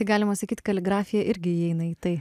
tai galima sakyt kaligrafija irgi įeina į tai